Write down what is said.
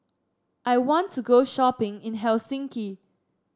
I want to go shopping in Helsinki